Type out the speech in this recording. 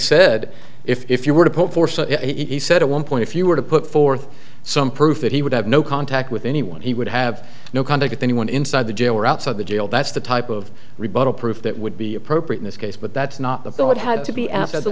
said if you were to pope he said at one point if you were to put forth some proof that he would have no contact with anyone he would have no contact with anyone inside the jail or outside the jail that's the type of rebuttal proof that would be appropriate in this case but that's not the bill it had to be a